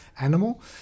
animal